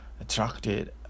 attracted